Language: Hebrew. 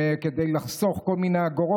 ושנוכל סוף-סוף להגיד לנשים: